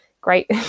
great